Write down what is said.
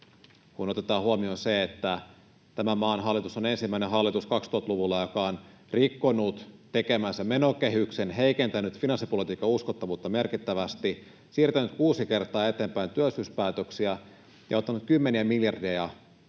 otetaan huomioon se, että tämä maan hallitus on ensimmäinen hallitus 2000-luvulla, joka on rikkonut tekemänsä menokehyksen, heikentänyt finanssipolitiikan uskottavuutta merkittävästi, siirtänyt kuusi kertaa eteenpäin työllisyyspäätöksiä ja ottanut kymmeniä miljardeja